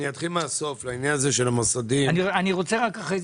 אני רוצה לחדד